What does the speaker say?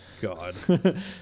god